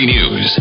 News